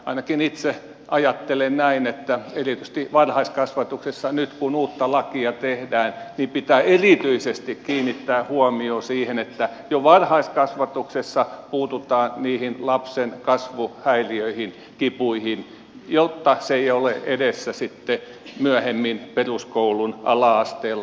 ainakin itse ajattelen näin että erityisesti varhaiskasvatuksessa nyt kun uutta lakia tehdään pitää erityisesti kiinnittää huomio siihen että jo varhaiskasvatuksessa puututaan niihin lapsen kasvuhäiriöihin kipuihin jotta se ei ole edessä sitten myöhemmin peruskoulun ala asteella